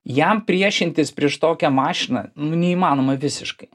jam priešintis prieš tokią mašiną nu neįmanoma visiškai